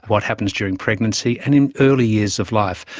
what happens during pregnancy, and in early years of life.